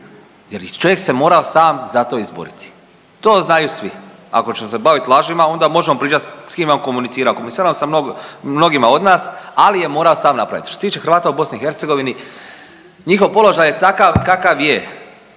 jer čovjek se morao sam za to izboriti. To znaju svi. Ako ćemo se bavit lažima onda možemo pričati s kim komunicira, komunicira sa mnogima od nas, ali je morao sam napraviti. Što se tiče Hrvata u BiH njihov položaj je takav kakav je.